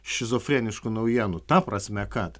šizofreniškų naujienų ta prasme kad